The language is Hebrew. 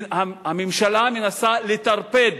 הממשלה מנסה לטרפד